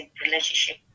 relationship